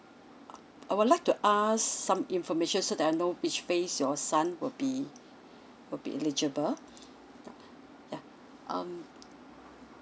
uh I would like to ask some information so that I know which phase your son will be will be eligible now ya um